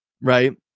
Right